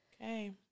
Okay